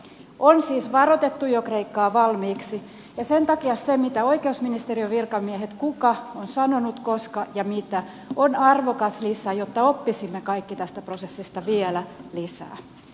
on siis varoitettu jo kreikkaa valmiiksi ja sen takia se mitä koska ja kuka oikeusministeriön virkamies on sanonut on arvokas lisä jotta oppisimme kaikki tästä prosessista vielä lisää